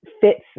fits